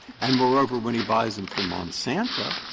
and moreover, when he buys them from monsanto,